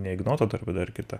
ne ignoto dar bet dar kita